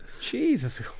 Jesus